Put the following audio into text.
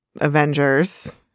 Avengers